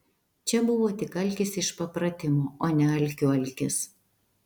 čia buvo tik alkis iš papratimo o ne alkių alkis